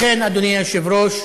לכן, אדוני היושב-ראש,